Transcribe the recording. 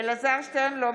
(קוראת בשמות חברי הכנסת) אלעזר שטרן, אינו